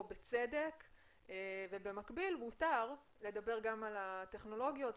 בצדק ובמקביל מותר לדבר גם על הטכנולוגיות.